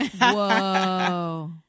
Whoa